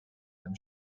them